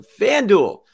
FanDuel